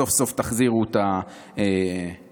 סוף-סוף תחזירו את המשילות.